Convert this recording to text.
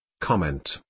Comment